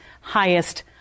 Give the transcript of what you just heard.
Highest